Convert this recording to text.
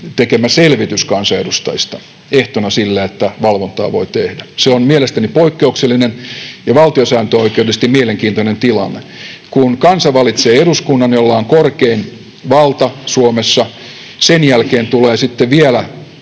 tekemä selvitys kansanedustajista ehtona sille, että valvontaa voi tehdä. Se on mielestäni poikkeuksellinen ja valtiosääntöoikeudellisesti mielenkiintoinen tilanne: kansa valitsee eduskunnan, jolla on korkein valta Suomessa, sen jälkeen tulee sitten